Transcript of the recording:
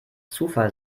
zufall